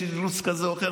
יש אילוץ כזה או אחר.